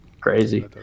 Crazy